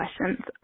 questions